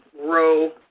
grow